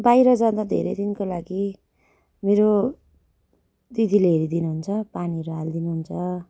बाहिर जाँदा धेरै दिनको लागि मेरो दिदीले हेरिदिनुहुन्छ पानीहरू हालिदिनु हुन्छ